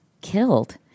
killed